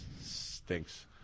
stinks